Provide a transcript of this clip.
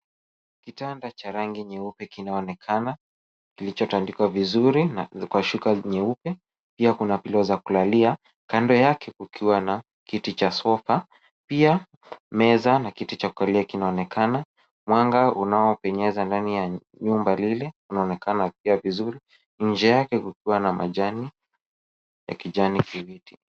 Kitanda cha rangi nyeupe kinaonekana kilichotandikwa vizuri na kwa shuka nyeupe. Pia kuna pillow za kulalia kando yake kukiwa na kiti cha sofa, pia meza na kiti cha kukalia kinaonekana. Mwanga unaopenyeza ndani ya nyumba lile unaonekana pia vizuri, nje yake kukiwa na majani ya kijani kibichi.